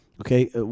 Okay